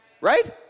Right